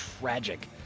tragic